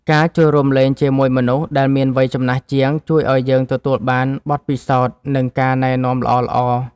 ការចូលរួមលេងជាមួយមនុស្សដែលមានវ័យចំណាស់ជាង ជួយឱ្យយើងទទួលបានបទពិសោធន៍ និងការណែនាំល្អៗ។